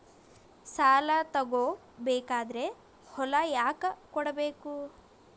ಸಾಲ ತಗೋ ಬೇಕಾದ್ರೆ ಹೊಲ ಯಾಕ ಕೊಡಬೇಕು?